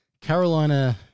Carolina